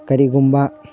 ꯀꯔꯤꯒꯨꯝꯕ